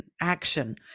action